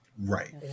Right